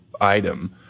item